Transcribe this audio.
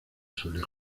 suele